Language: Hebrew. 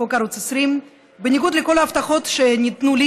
חוק ערוץ 20. בניגוד לכל ההבטחות שניתנו לי